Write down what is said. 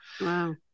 Wow